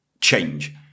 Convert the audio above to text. change